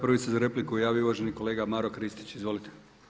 Prvi se za repliku javio uvaženi kolega Maro Kristić, izvolite.